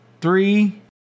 three